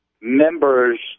members